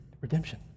redemption